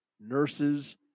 nurses